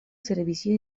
servicio